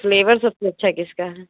flavour सबसे अच्छा किसका है